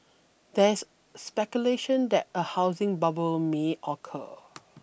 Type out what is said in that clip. there's speculation that a housing bubble may occur